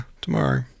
tomorrow